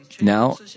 Now